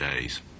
days